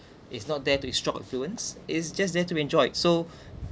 it's not there to instruct or influence is just there to be enjoyed so